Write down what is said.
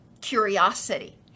curiosity